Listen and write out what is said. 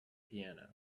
piano